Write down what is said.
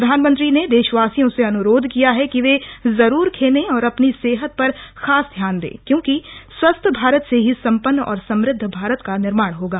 प्रधानमंत्री ने देशवासियों से अनुरोध किया है कि वे ज़रूर खेलें और अपनी सेहत पर खास ध्यान दें क्योंकि स्वस्थ भारत से ही सम्पन्न और समृद्ध भारत का निर्माण होगा